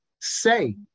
Say